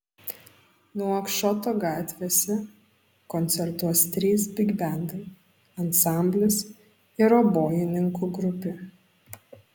nuakšoto gatvėse koncertuos trys bigbendai ansamblis ir obojininkų grupė